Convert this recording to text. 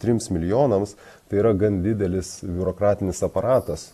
trims milijonams tai yra gan didelis biurokratinis aparatas